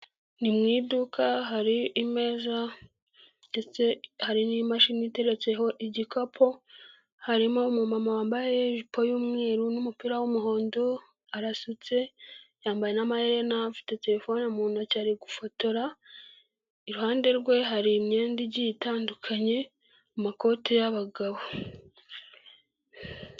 Ni mu iduka, hari imeza ndetse hari n'imashini iteretseho igikapu, harimo umumama wambaye ijipo y'umweru n'umupira w'umuhondo, arasutse yambaye n'amaherena afite telefone mu ntoki, ari gufotora, iruhande rwe hari imyenda igiye itandukanye, amakoti y'abagabo.